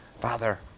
Father